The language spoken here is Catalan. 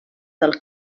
del